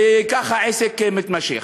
וכך העסק מתמשך.